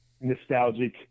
nostalgic